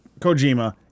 Kojima